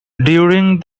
during